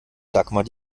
dagmar